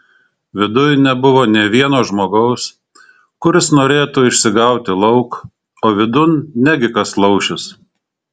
viduj nebuvo nė vieno žmogaus kuris norėtų išsigauti lauk o vidun negi kas laušis